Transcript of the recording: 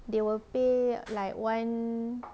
they will pay like one